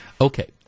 Okay